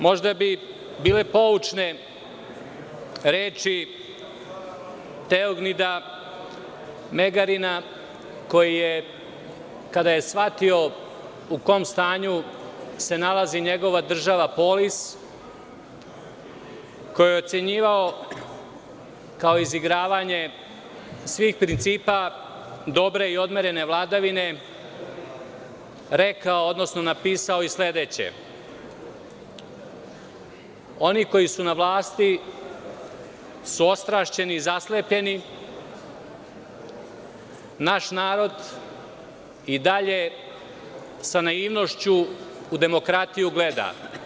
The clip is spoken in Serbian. Možda bi bile poučne reči Teognida Megarina, koji je, kada je shvatio u kom stanju se nalazi njegova država Polis, koju je ocenjivao kao izigravanje svih principa dobre i odmerene vladavine, rekao, odnosno napisao i sledeće: „Oni koji su na vlasti su ostrašćeni i zaslepljeni, a naš narod i dalje sa naivnošću u demokratiju gleda.